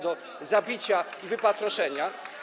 do zabicia i wypatroszenia?